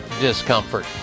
discomfort